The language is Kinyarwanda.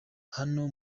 hano